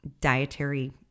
dietary